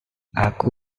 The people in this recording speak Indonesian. aku